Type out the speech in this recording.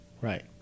right